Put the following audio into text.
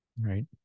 right